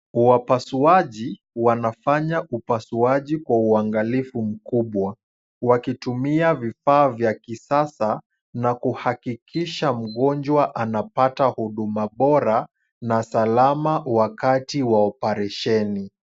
Wapasuaji wanafanya upasuaji kwa uangalifu mkubwa, wakitumia vifaa vya kisasa na kuhakikisha mgonjwa anapata huduma bora, na salama wakati wa oparesheni.